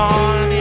on